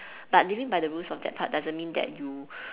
but living by the rules of that part doesn't mean that you